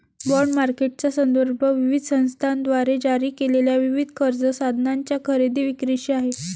bond मार्केटचा संदर्भ विविध संस्थांद्वारे जारी केलेल्या विविध कर्ज साधनांच्या खरेदी विक्रीशी आहे